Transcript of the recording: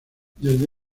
desde